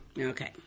okay